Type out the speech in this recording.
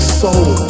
soul